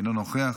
אינו נוכח,